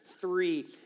three